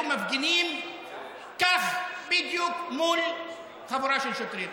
מפגינים כך בדיוק מול חבורה של שוטרים?